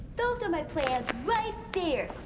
those are my plans right there.